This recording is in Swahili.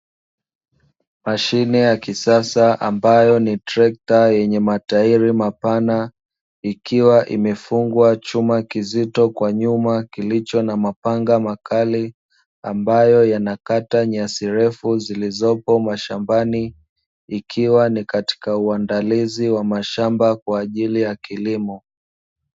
Mashine ya kisasa ambayo ni trekta yenye matairi mapana, ikiwa imefungwa chuma kizito kwa nyuma kilicho na mapanga makali, ambayo yanakata nyasi refu zilizopo mashambani, ikiwa ni katika uandalizi wa mashamba kwa ajili ya kilimo.